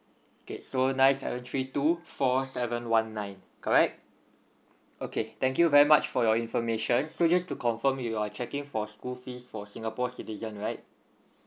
okay so nine seven three two four seven one nine correct okay thank you very much for your information so just to confirm you are checking for school fees for singapore citizen right